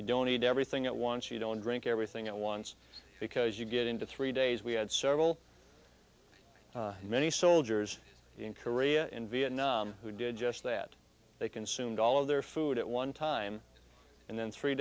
you don't need everything at once you don't drink everything at once because you get into three days we had several many soldiers in korea in vietnam who did just that they consumed all of their food at one time and then three